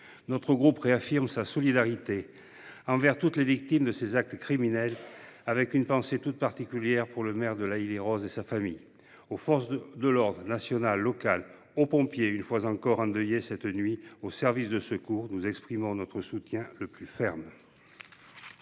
notre groupe réaffirme sa solidarité envers toutes les victimes de ces actes criminels, avec une pensée toute particulière pour le maire de L’Haÿ les Roses et sa famille. Aux forces de l’ordre, nationales et locales, aux pompiers, une fois encore endeuillés cette nuit, aux services de secours, nous exprimons notre soutien le plus ferme.